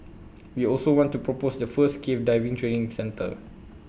we also want to propose the first cave diving training centre